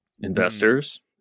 investors